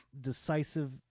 decisive